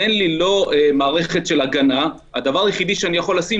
לא מערכת הגנה והדבר היחידי שהם יכולים לשים